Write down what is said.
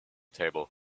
table